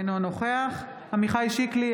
אינו נוכח עמיחי שיקלי,